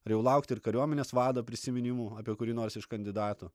ar jau laukti ir kariuomenės vado prisiminimų apie kurį nors iš kandidatų